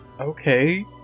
okay